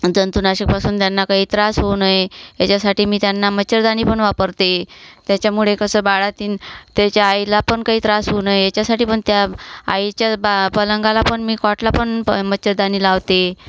जंतूनाशकपासून त्यांना काही त्रास होऊ नये याच्यासाठी मी त्यांना मच्छरदाणी पण वापरते त्याच्यामुळे कसं बाळंतीण त्याच्या आईला पण काही त्रास होऊ नये याच्यासाठी पण त्या आईच्या बा पलंगाला पण मी कॉटला पण मच्छरदाणी लावते